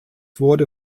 wurde